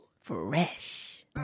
Fresh